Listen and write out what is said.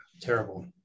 Terrible